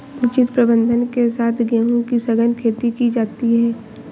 उचित प्रबंधन के साथ गेहूं की सघन खेती की जाती है